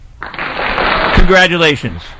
congratulations